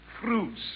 Fruits